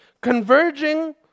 converging